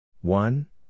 One